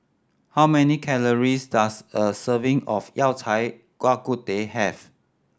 how many calories does a serving of Yao Cai Bak Kut Teh have